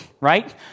right